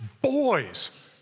boys